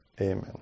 Amen